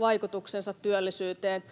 vaikutuksensa työllisyyteen,